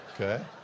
okay